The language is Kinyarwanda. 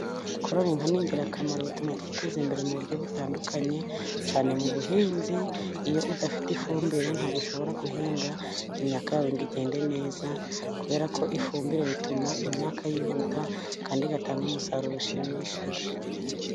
Korora inka ni ingirakamaro bituma twiteza imbere mu buryo butandukanye cyane mu buhinzi, iyo udafite ifumbire ntabwo ushobora guhinga imyaka yawe ngo igende neza, kubera ko ifumbire ituma imyaka yihuta kandi igatanga umusaruro ushimishije.